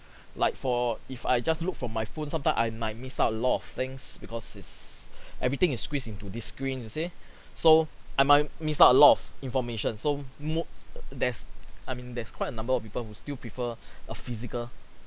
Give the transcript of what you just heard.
like for if I just look from my phone sometime I might miss out a lot of things because it's everything is squeezed into this screen you see so I might missed out a lot of information so mo~ there's I mean there's quite a number of people who still prefer a physical